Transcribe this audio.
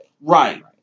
Right